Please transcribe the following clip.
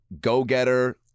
go-getter